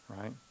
Right